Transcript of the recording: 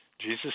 Jesus